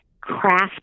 craft